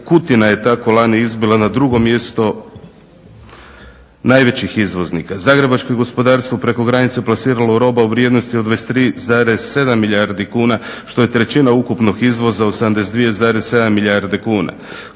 Kutina je tako lani izbila na drugo mjesto najvećih izvoznika. Zagrebačko gospodarstvo je preko granice plasiralo roba u vrijednosti od 23,7 milijardi kuna što je trećina ukupnog izvoza od 72,7 milijarde kuna.